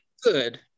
good